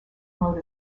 mode